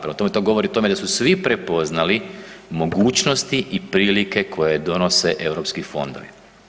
Prema tome to govori o tome da su svi prepoznali mogućnosti i prilike koje donose europski fondovi.